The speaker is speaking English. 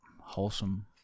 wholesome